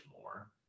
more